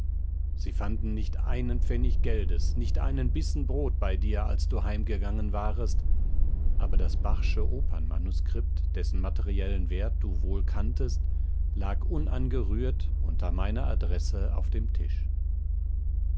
sie fanden nicht einen pfennig geldes nicht einen bissen brot bei dir als du heimgegangen warest aber das bachsche opernmanuskript dessen materiellen wert du wohl kanntest lag unangerührt unter meiner adresse auf dem tisch